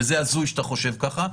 וזה הזוי שאתה חושב ככה.